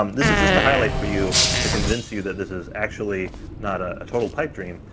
um this is just a highlight for you, to convince you that this is actually not ah a total pipe dream.